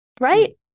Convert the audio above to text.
right